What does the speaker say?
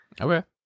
Okay